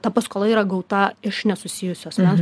ta paskola yra gauta iš nesusijusio asmens